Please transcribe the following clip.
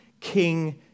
King